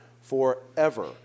forever